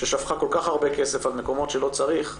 ששפכה כל כך הרבה כסף על מקומות שלא צריך,